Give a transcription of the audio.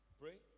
Pray